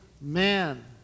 man